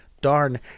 darn